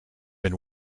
been